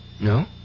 No